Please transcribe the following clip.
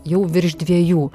jau virš dviejų